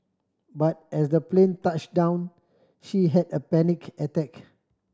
but as the plane touched down she had a panic attack